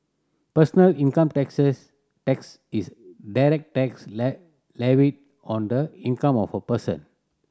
personal income taxes tax is direct tax levied on the income of a person